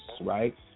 Right